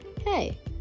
hey